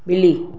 बि॒ली